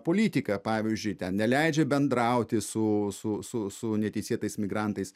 politika pavyzdžiui ten neleidžia bendrauti su su su neteisėtais migrantais